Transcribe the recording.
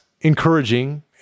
encouraging